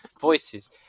voices